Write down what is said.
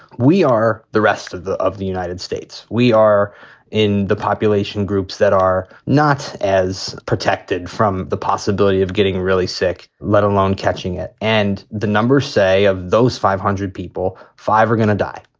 we are the rest of the of the united states. we are in the population groups that are not as protected from the possibility of getting really sick, let alone catching it. and the numbers say of those five hundred people, five are going to die.